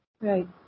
Right